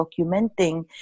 documenting